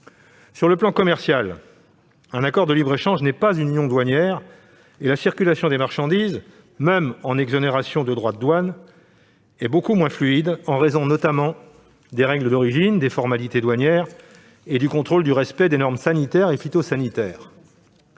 Sur le plan commercial, un accord de libre-échange n'est pas une union douanière et la circulation des marchandises, même en exonération de droits de douane, est beaucoup moins fluide, notamment en raison des règles d'origine, des formalités douanières et du contrôle du respect des normes sanitaires et phytosanitaires.